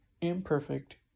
imperfect